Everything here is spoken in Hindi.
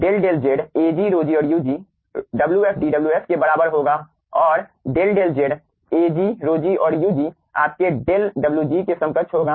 del del z Ag ρg और ug wf dwf के बराबर होगा और डेल डेल zAg ρg और ug आपके डेल wg के समकक्ष होगा